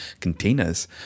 containers